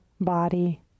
body